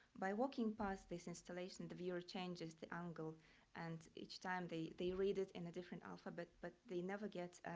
by walking past this installation, the viewer changes the angle and each time, they they read it in a different alphabet, but they never get